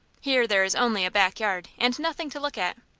here there is only a back yard, and nothing to look at.